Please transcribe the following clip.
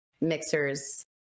mixers